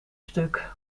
stuk